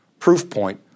Proofpoint